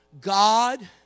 God